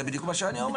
זה בדיוק מה שאני אומר.